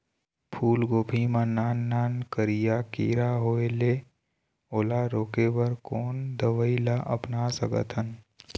फूलगोभी मा नान नान करिया किरा होयेल ओला रोके बर कोन दवई ला अपना सकथन?